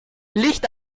licht